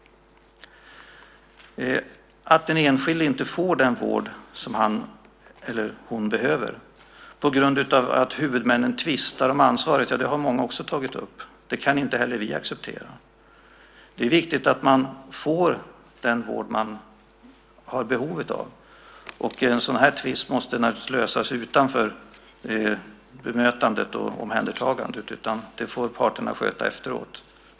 Att den enskilde inte får den vård som han eller hon behöver på grund av att huvudmännen tvistar om ansvaret har också många tagit upp, och det kan inte heller vi acceptera. Det är viktigt att man får den vård man har behov av. En sådan här tvist måste naturligtvis lösas utanför bemötandet och omhändertagandet. Den får parterna sköta efteråt.